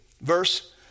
verse